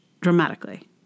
dramatically